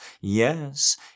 Yes